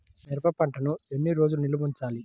మిరప పంటను ఎన్ని రోజులు నిల్వ ఉంచాలి?